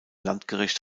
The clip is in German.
landgericht